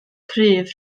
cryf